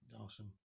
Awesome